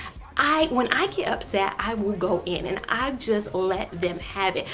i when i get upset i will go in and i just let them have it.